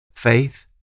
Faith